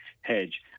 hedge